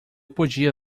podia